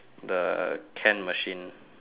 the can machine